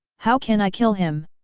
how can i kill him?